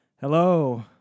Hello